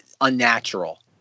unnatural